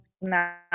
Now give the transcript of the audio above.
now